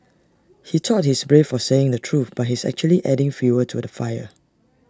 he thought he's brave for saying the truth but he's actually adding fuel to the fire